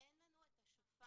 אין לנו את השופר,